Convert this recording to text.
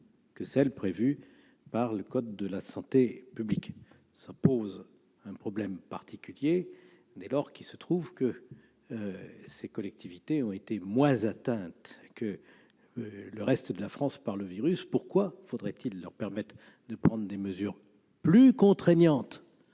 que celles prévues » par le code de la santé publique. Cela pose un problème particulier, dès lors que ces collectivités ont été moins atteintes par le virus que le reste de la France. Pourquoi faudrait-il leur permettre de prendre des mesures plus contraignantes ?